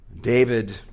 David